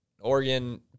Oregon